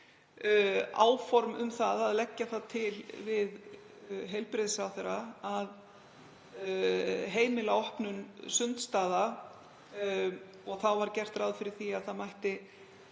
sl. um að leggja það til við heilbrigðisráðherra að heimila opnun sundstaða. Þá var gert ráð fyrir því að þar gætu